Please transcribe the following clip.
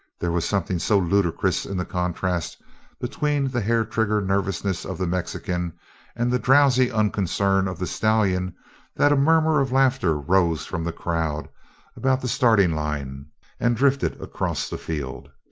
there was something so ludicrous in the contrast between the hair-trigger nervousness of the mexican and the drowsy unconcern of the stallion that a murmur of laughter rose from the crowd about the starting line and drifted across the field.